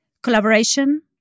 Collaboration